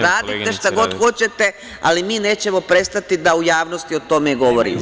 Radite šta god hoćete, ali mi nećemo prestati da u javnosti o tome govorimo.